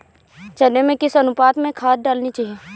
चने में किस अनुपात में खाद डालनी चाहिए?